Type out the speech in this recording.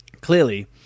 clearly